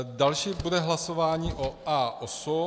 Další bude hlasování o A8.